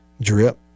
drip